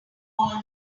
all